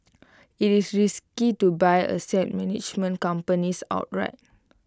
IT is risky to buy asset management companies outright